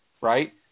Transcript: right